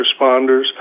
responders